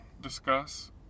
discuss